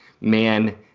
man